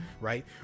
right